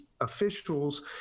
officials